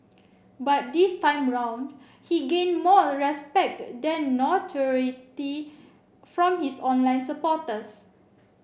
but this time round he gained more respect than notoriety from his online supporters